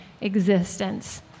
existence